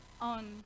on